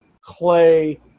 Clay